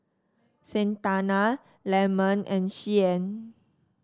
Santana Lemon and Shyann